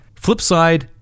Flipside